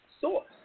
source